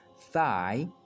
thigh